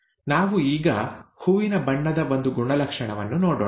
ನಾವು ಈಗ ಹೂವಿನ ಬಣ್ಣದ ಒಂದು ಗುಣಲಕ್ಷಣವನ್ನು ನೋಡೋಣ